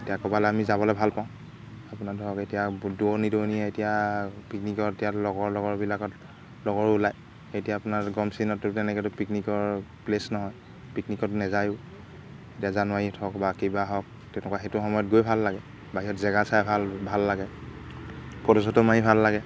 এতিয়া ক'ৰবালৈ আমি যাবলৈ ভাল পাওঁ আপোনাৰ ধৰক এতিয়া দূৰণি দূৰণিয়ে এতিয়া পিকনিকত এতিয়া লগৰ লগৰবিলাকত লগৰো ওলায় এতিয়া আপোনাৰ গৰম চিজনতটো তেনেকৈতো পিকনিকৰ প্লেছ নহয় পিকনিকত নেযায়ো এতিয়া জানুৱাৰীত হওক বা কিবা হওক তেনেকুৱা সেইটো সময়ত গৈ ভাল লাগে বাহিৰত জেগা চাই ভাল ভাল লাগে ফটো চটো মাৰি ভাল লাগে